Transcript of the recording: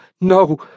no